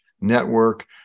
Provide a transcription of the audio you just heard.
network